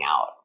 out